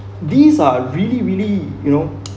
these are really really you know